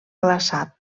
glaçat